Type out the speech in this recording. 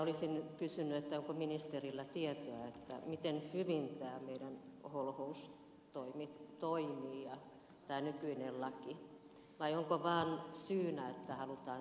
olisin kysynyt onko ministerillä tietoa miten hyvin tämä meidän holhoustoimi toimii ja tämä nykyinen laki vai onko vaan syynä että halutaan taloudellisia säästöjä tehdä